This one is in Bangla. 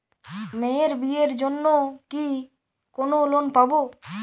মেয়ের বিয়ের জন্য কি কোন লোন পাব?